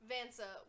Vansa